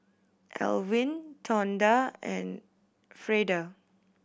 Elwin Tonda and Freida